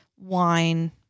wine